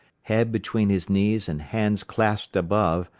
head between his knees and hands clasped above,